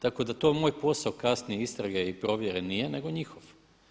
Tako da to moj posao kasnije i istrage i provjere nije nego njihov.